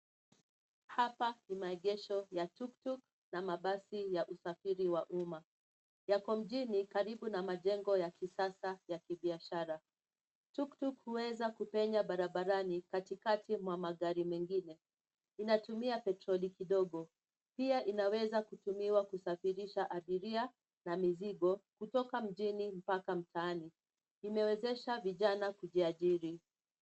Hapa ni maegesho ya tuktuk na mabasi ya usafiri wa umma. Yako mjini karibu na majengo ya kisasa ya kibiashara. Tuktuk huweza kupenya barabarani katikati mwa magari mengine, inatumia petroli kidogo. Pia inaweza kutumiwa kusafirisha abiria na mizigo kutoka mjini mpaka mtaani. Imewezesha vijana kujiajiri.